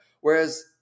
whereas